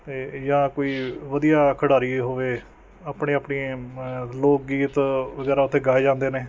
ਅਤੇ ਯਾ ਕੋਈ ਵਧੀਆ ਖਿਡਾਰੀ ਹੋਵੇ ਆਪਣੇ ਆਪਣੀ ਲੋਕ ਗੀਤ ਵਗੈਰਾ ਉੱਥੇ ਗਾਏ ਜਾਂਦੇ ਨੇ